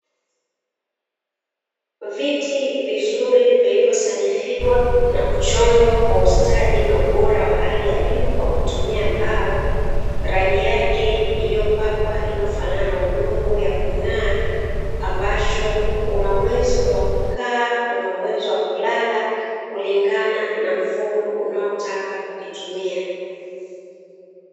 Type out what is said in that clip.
Viti vilivyosanifiwa na kuchongwa kwa ustadi na ubora wa hali ya juu kwa kutumia mbao, rangi yake iliyopakwa inayofanana na udongo wa kung'aa ambacho una uwezo wa kukaa una uwezo wa kulala kulingana na mfumo unaotaka kukitumia.